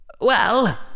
Well